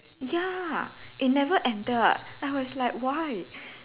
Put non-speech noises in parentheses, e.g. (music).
ya it never ended I was like why (breath)